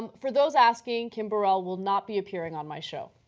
um for those asking, kim burrell will not be appearing on my show.